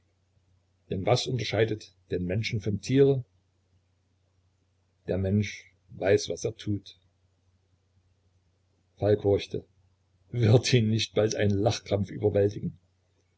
denn was unterscheidet den menschen vom tiere der mensch weiß was er tut falk horchte wird ihn nicht bald ein lachkrampf überwältigen